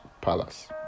palace